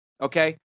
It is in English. okay